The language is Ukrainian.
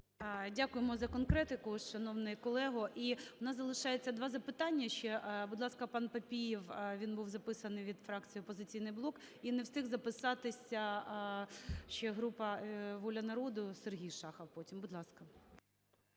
Дякуємо за конкретику, шановний колего. І в нас залишається два запитання ще. Будь ласка, пан Папієв. Він був записаний від фракцій "Опозиційний блок". І не встиг записатися, ще група "Воля народу", Сергій Шахов потім. Будь ласка.